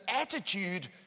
attitude